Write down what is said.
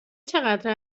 چقدر